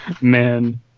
Man